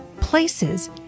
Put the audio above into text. places